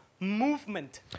Movement